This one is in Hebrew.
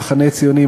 המחנה הציוני,